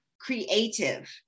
creative